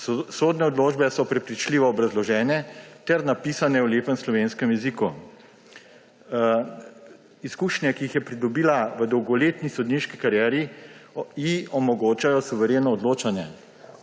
Sodne odločbe so prepričljivo obrazložene ter napisane v lepem slovenskem jeziku. Izkušnje, ki jih je pridobila v dolgoletni sodniški karieri, ji omogočajo suvereno odločanje.